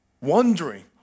wondering